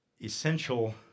essential